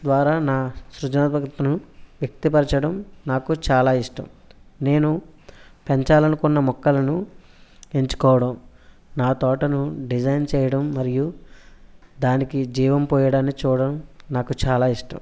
ద్వారా నా సృజనాత్మకతను వ్యక్తపరచడం నాకు చాలా ఇష్టం నేను పెంచాలి అనుకున్న మొక్కలను ఎంచుకోవడం నా తోటను డిజైన్ చేయడం మరియు దానికి జీవం పోయడాన్ని చూడడం నాకు చాలా ఇష్టం